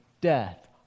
death